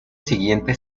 siguiente